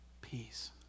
Peace